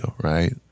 right